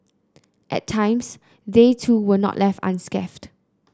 at times they too were not left unscathed